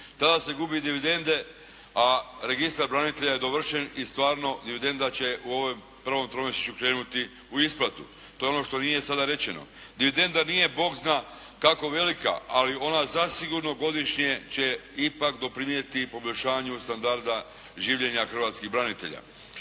Tada se gubi i dividende, a registar branitelja je dovršen i stvarno dividenda će u ovom prvom tromjesečju krenuti u isplatu. To je ono što nije sada rečeno. Dividenda nije Bog zna kako velika, ali ona zasigurno godišnje će ipak doprinijeti poboljšanju standarda življenja hrvatskih branitelja.